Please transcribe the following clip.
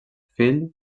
fill